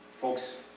folks